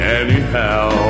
anyhow